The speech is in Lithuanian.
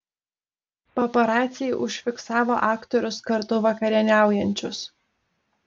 paparaciai užfiksavo aktorius kartu vakarieniaujančius